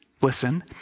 listen